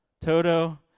Toto